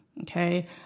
Okay